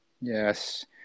Yes